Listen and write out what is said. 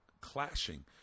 clashing